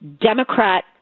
democrat